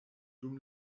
dum